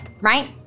right